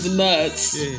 nuts